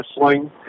wrestling